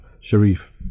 Sharif